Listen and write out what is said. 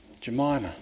Jemima